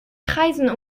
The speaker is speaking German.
kreisen